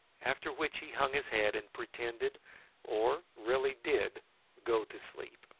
after which he hung his head and pretended or really did go to sleep.